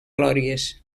glòries